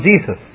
Jesus